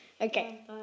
Okay